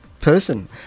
person